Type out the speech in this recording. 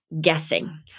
guessing